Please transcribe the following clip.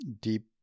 deep